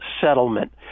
settlement